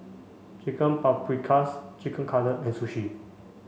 Chicken Paprikas Chicken Cutlet and Sushi